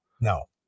No